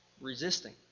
resisting